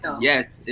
Yes